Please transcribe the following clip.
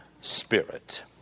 spirit